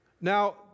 Now